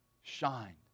shined